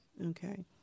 Okay